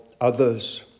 others